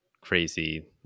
crazy